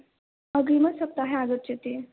अग्रिमसप्ताहे आगच्छति